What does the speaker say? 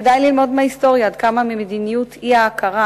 כדאי ללמוד מההיסטוריה עד כמה מדיניות האי-הכרה,